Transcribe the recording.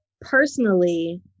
personally